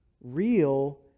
Real